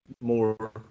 more